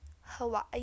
Hawaii